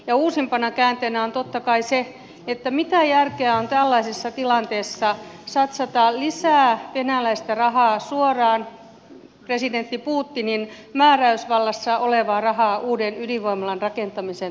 ja uusimpana käänteenä on totta kai se että mitä järkeä on tällaisessa tilanteessa satsata lisää venäläistä rahaa suoraan presidentti putinin määräysvallassa olevaa rahaa uuden ydinvoimalan rakentamiseen tänne suomeen